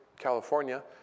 California